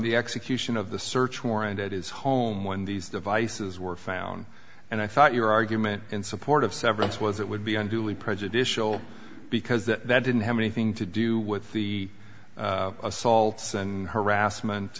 the execution of the search warrant at his home when these devices were found and i thought your argument in support of severance was it would be unduly prejudicial because that didn't have anything to do with the assaults and harassment